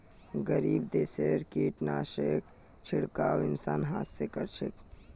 गरीब देशत कीटनाशकेर छिड़काव इंसान हाथ स कर छेक